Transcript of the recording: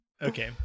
Okay